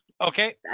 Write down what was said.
Okay